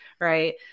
right